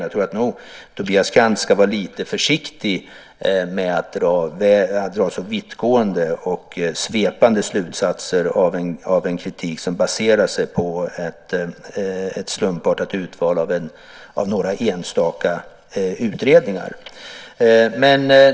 Jag tror att Tobias Krantz ska vara lite försiktig med att dra för vittgående och svepande slutsatser av en kritik som baserar sig på ett slumpartat urval av några enstaka utredningar.